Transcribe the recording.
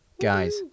Guys